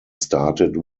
started